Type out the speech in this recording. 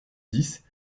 dix